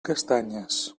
castanyes